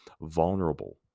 vulnerable